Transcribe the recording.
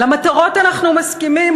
על המטרות אנחנו מסכימים,